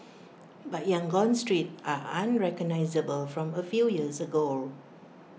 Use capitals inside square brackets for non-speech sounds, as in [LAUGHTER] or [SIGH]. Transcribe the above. [NOISE] but Yangon's streets are unrecognisable from A few years ago